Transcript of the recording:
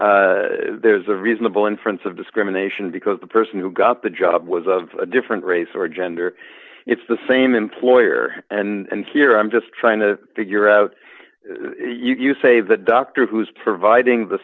well there's a reasonable inference of discrimination because the person who got the job was of a different race or gender it's the same employer and here i'm just trying to figure out you say the doctor who is providing the